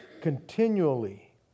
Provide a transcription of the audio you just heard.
continually